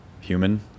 human